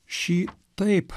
šį taip